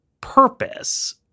purpose